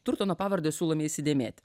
turtono pavardę siūlome įsidėmėti